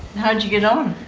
how did you get on?